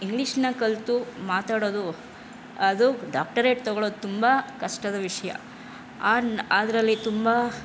ಇಂಗ್ಲಿಷನ್ನು ಕಲಿತು ಮಾತಾಡೋದು ಅದು ಡಾಕ್ಟರೇಟ್ ತಗೊಳೋದು ತುಂಬ ಕಷ್ಟದ ವಿಷಯ ಅದರಲ್ಲಿ ತುಂಬ